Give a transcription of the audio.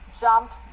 jumped